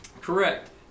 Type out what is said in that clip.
Correct